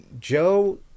Joe